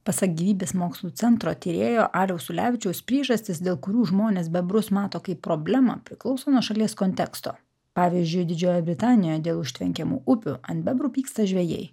pasak gyvybės mokslų centro tyrėjo aliaus ulevičiaus priežastys dėl kurių žmonės bebrus mato kaip problemą priklauso nuo šalies konteksto pavyzdžiui didžiojoje britanijoje dėl užtvenkiamų upių ant bebrų pyksta žvejai